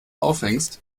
aufhängst